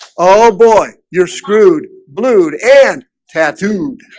oh ah boy, you're screwed blued and tattooed